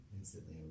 instantly